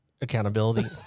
accountability